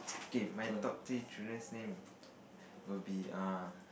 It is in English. okay my top three children's name will be err